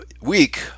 week